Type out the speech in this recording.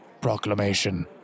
proclamation